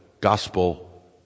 gospel